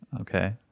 Okay